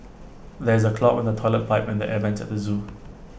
there is A clog in the Toilet Pipe and the air Vents at the Zoo